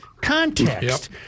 context